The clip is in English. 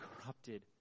corrupted